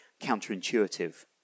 counterintuitive